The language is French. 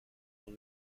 dans